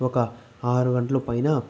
ఒక ఆరు గంటల పైన